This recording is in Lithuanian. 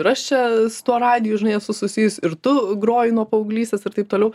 ir aš čia su tuo radiju žinai esu susijus ir tu groji nuo paauglystės ir taip toliau